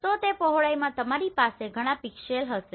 તો તે પહોળાઈમાં તમારી પાસે ઘણા પિક્સેલ્સ હશે